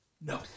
no